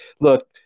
look